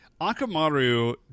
Akamaru